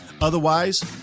Otherwise